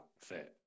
fit